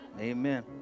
Amen